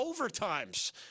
overtimes